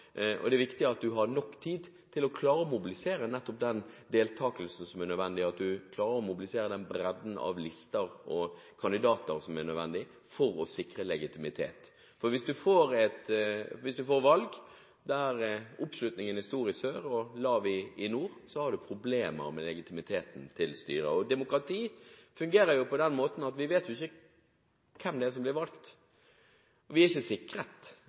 valg. Det er viktig at man har nok tid til å klare å mobilisere nettopp den deltakelsen som er nødvendig, og at man klarer å mobilisere den bredden av lister og kandidater som er nødvendig for å sikre legitimitet. Hvis man får valg der oppslutningen er stor i sør og lav i nord, har man problemer med styrets legitimitet. Demokrati fungerer på den måten at man ikke vet hvem som blir valgt. Man er ikke sikret